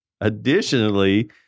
Additionally